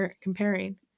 comparing